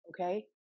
okay